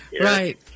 Right